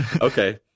Okay